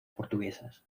portuguesas